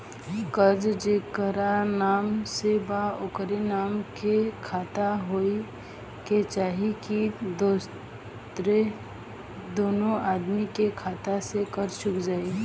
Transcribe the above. कर्जा जेकरा नाम से बा ओकरे नाम के खाता होए के चाही की दोस्रो आदमी के खाता से कर्जा चुक जाइ?